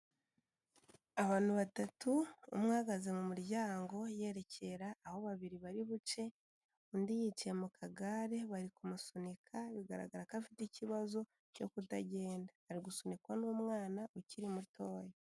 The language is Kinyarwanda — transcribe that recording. Abantu batatu umwe uhagaze mu muryango yerekera aho babiri bari buce, undi yicaye mu kagare bari kumusunika bigaragara ko afite ikibazo cyo kutagenda, ari gusunikwa n'umwana ukiri mutoya.